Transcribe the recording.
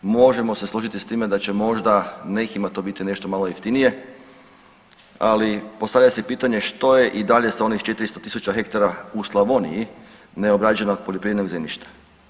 Možemo se složiti s time da će možda nekima to biti nešto malo jeftinije, ali postavlja se pitanje što je i dalje s onih 400.000 hektara u Slavoniji neobrađenog poljoprivrednog zemljišta.